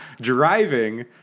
driving